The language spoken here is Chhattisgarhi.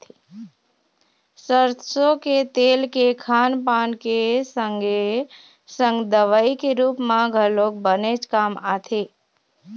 सरसो के तेल के खान पान के संगे संग दवई के रुप म घलोक बनेच काम आथे